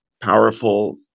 powerful